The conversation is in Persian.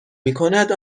میکند